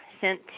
sent